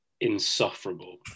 insufferable